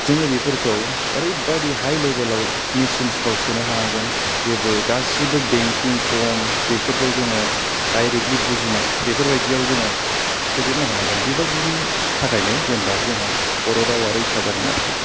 जोङो बेफोरखौ ओरैबायदि हाइ लेभेलाव मेसिनसफोराव सोनो हानांगोन जे गासिबो बेंकिं फर्मस बेफोरखौ जोङो डाइरेक्टलि बुजिनाय बेफोरबायदियाव जोङो सोजोबनो हानांगोन बेबायदिनि थाखायनो जेनेबा जोंहा बर' रावा रैखा जागोन आरोखि